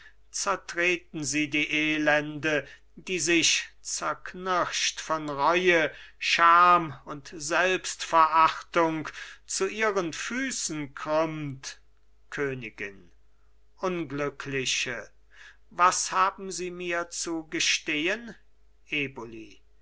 zertreten sie die elende die sich zerknirscht von reue scham und selbstverachtung zu ihren füßen krümmt königin unglückliche was haben sie mir zu gestehen eboli